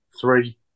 Three